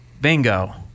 Bingo